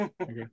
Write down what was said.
Okay